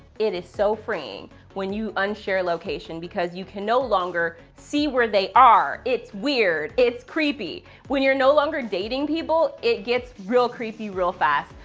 it is so freeing when you un-share location, because you can no longer see where they are. it's weird. it's creepy. when you're no longer dating people, it gets real creepy, real fast.